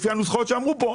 לפי הנוסחאות שאמרו כאן,